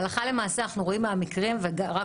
הלכה למעשה אנחנו רואים מהמקרים ורק